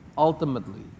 ultimately